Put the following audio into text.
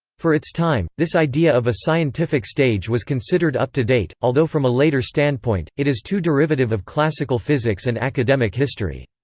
for its time, this idea of a scientific stage was considered up-to-date, although from a later standpoint, it is too derivative of classical physics and academic history.